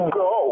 go